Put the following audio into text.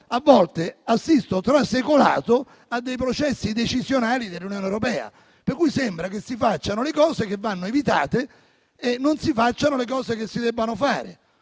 a volte, assisto trasecolato ad alcuni processi decisionali dell'Unione europea tali per cui sembra che si facciano le cose che vanno evitate e non si facciano quelle che si dovrebbero fare.